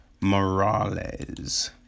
Morales